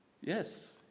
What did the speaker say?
Yes